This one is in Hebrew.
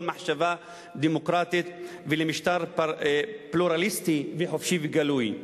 מחשבה דמוקרטית ולמשטר פלורליסטי חופשי וגלוי.